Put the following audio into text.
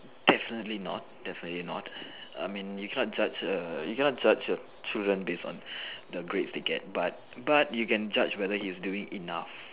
definitely not definitely not I mean you cannot judge a you cannot judge a children based on the grades they get but but you can judge whether he is doing enough